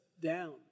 down